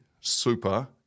super